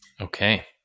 Okay